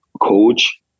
coach